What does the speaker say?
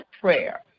prayer